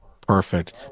Perfect